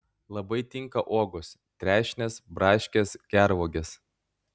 labai tinka uogos trešnės braškės gervuogės